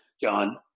John